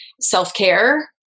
Self-care